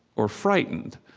or frightened.